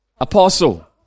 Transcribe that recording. Apostle